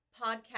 podcast